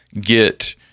get